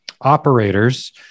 operators